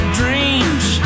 dreams